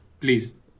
Please